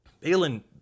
Balin